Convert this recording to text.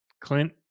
Clint